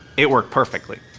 it worked perfectly.